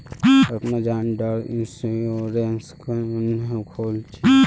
अपना जान डार इंश्योरेंस क्नेहे खोल छी?